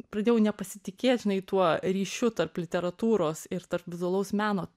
pradėjau nepasitikėti nei tuo ryšiu tarp literatūros ir tarp vizualaus meno